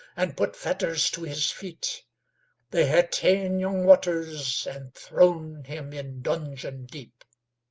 and put fetters to his feet they hae ta'en young waters, and thrown him in dungeon deep.